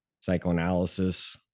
psychoanalysis